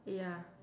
ya